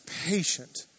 patient